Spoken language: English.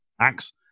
axe